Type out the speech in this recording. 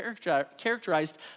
characterized